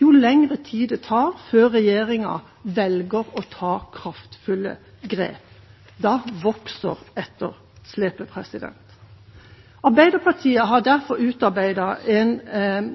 jo lengre tid det tar før regjeringa velger å ta kraftfulle grep. Da vokser etterslepet. Arbeiderpartiet har derfor